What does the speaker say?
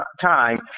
time